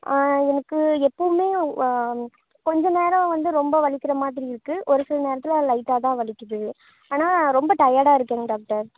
எனக்கு எப்போதுமே கொஞ்சம் நேரம் வந்து ரொம்ப வலிக்கிறமாதிரி இருக்குது ஒரு சில நேரத்தில் லைட்டாகதான் வலிக்குது ஆனால் ரொம்ப டயர்ட்டாக இருக்குதுங்க டாக்டர்